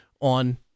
on